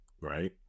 Right